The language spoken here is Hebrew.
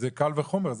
קל וחומר,